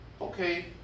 Okay